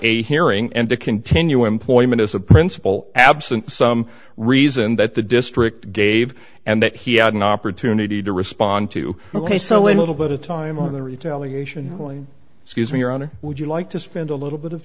a hearing and to continue employment as a principal absent some reason that the district gave and that he had an opportunity to respond to ok so a little bit of time on the retaliation excuse me your honor would you like to spend a little bit of